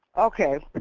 okay.